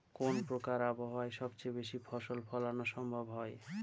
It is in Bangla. কোন প্রকার আবহাওয়ায় সবচেয়ে বেশি ফসল ফলানো সম্ভব হয়?